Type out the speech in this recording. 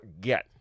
get